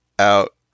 out